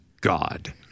God